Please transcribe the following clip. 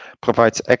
provides